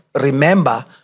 remember